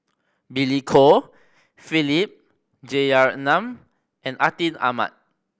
Billy Koh Philip Jeyaretnam and Atin Amat